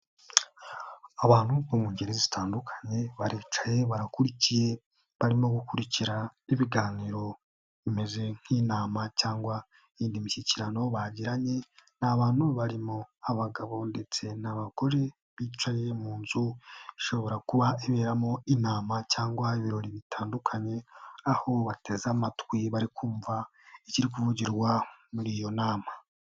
Abantu mu ngeri zitandukanye baricaye barakurikiye, barimo gukurira ibiganiro bimeze nk'intama cyangw indi mishyikirano bagiranye. Ni abantu barimo abagabo ndetse n'abagore bicaye mu nzu ishobora kuba iberamo inama cyangwa ibirori bitandukanye aho bateze amatwi bari kumva ikiri kuvugirwa muri iyo nama.